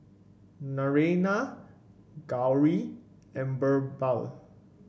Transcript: Naraina Gauri and BirbaL